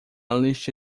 lista